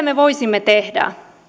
me voisimme tehdä